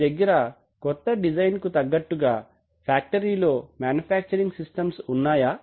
మీ దగ్గర కొత్త డిజైన్కు తగ్గట్టుగా ఫ్యాక్టరీలో మాన్యుఫ్యాక్చరింగ్ సిస్టమ్స్ ఉన్నాయా